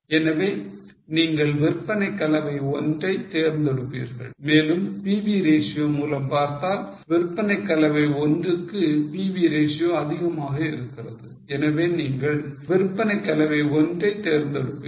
எனவே நீங்கள் விற்பனை கலவை 1 ஐ தேர்ந்தெடுப்பீர்கள் மேலும் PV ratio மூலம் பார்த்தால் விற்பனை கலவை 1 க்கு PV ratio அதிகமாக இருக்கிறது எனவே நீங்கள் விற்பனை கலவை 1 ஐ தேர்ந்தெடுப்பீர்கள்